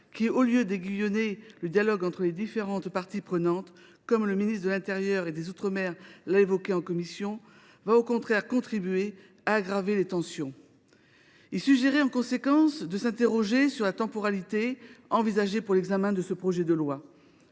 qui, au lieu d’aiguillonner le dialogue entre les différentes parties prenantes », comme le ministre de l’intérieur et des outre mer l’affirmait en commission, contribuerait « au contraire à aggraver les tensions ». Il suggérait en conséquence de « nous interroger sur la temporalité envisagée pour l’examen de ce texte ».